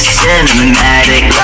cinematic